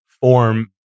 form